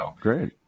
great